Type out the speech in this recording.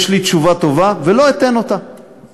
יש לי תשובה טובה ולא אתן אותה.